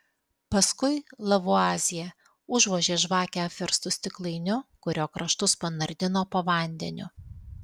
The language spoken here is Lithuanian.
paskui lavuazjė užvožė žvakę apverstu stiklainiu kurio kraštus panardino po vandeniu